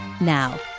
Now